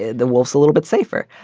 the wolf's a little bit safer.